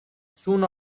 soon